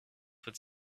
would